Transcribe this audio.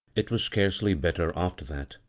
it was scarcely better after that,